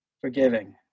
forgiving